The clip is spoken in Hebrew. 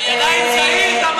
אני עדיין צעיר, תמר.